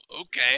okay